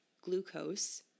glucose